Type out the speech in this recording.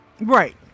Right